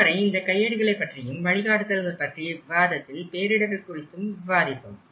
இதுவரை இந்த கையேடுகளை பற்றியும் வழிகாட்டுதல்கள் பற்றிய விவாதத்தில் பேரிடர் குறித்து விவாதித்தோம்